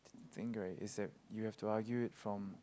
think right is that you have to argue it from